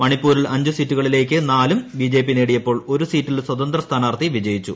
മണിപ്പൂരിൽ അഞ്ചു സീറ്റുകളിലേക്ക് നാലും ബിജെപി നേടിയപ്പോൾ ഒരു സീറ്റിൽ സ്വതന്ത്ര സ്ഥാനാർഥി വിജയിച്ചു